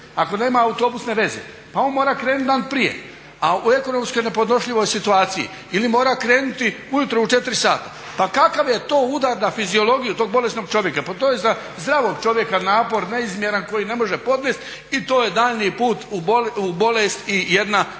ako nema autobusne veze pa on mora krenuti dan prije, a o ekonomskoj nepodnošljivoj situaciji, ili mora krenuti ujutro u 4 sata. Pa kakav je to udar na fiziologiju tog bolesnog čovjeka? Pa to je i za zdravog čovjeka napor neizmjeran koji ne može podnijeti i to je daljnji put u bolest i jedna